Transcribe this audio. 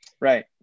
Right